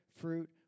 fruit